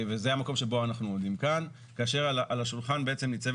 זה המקום שבו אנחנו עומדים כאן כאשר על השולחן ניצבת